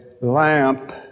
lamp